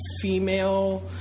female